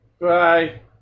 Bye